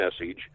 message